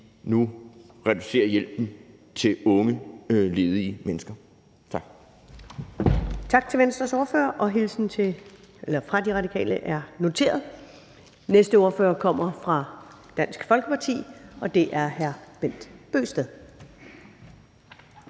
nu reducerer hjælpen til unge ledige mennesker. Tak.